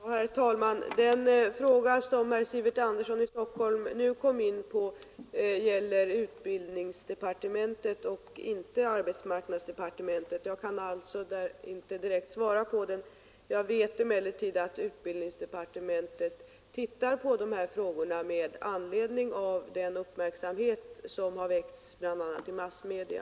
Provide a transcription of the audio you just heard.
Herr talman! Den fråga som herr Sivert Andersson i Stockholm nu kom in på rör utbildningsdepartementet och inte arbetsmarknadsdepartementet. Jag kan alltså inte direkt svara på den. Jag vet emellertid att utbildningsdepartementet ser på dessa frågor med anledning av den uppmärksamhet som saken har väckt, bl.a. i massmedia.